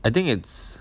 I think it's